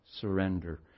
surrender